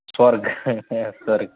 સ્વર્ગ સ્વર્ગ